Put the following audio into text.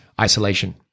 isolation